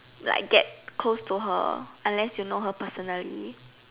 like get close to her unless you know her personally